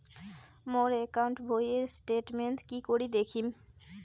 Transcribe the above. মোর account বইয়ের statement কি করি দেখিম?